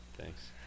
Thanks